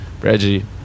reggie